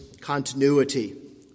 continuity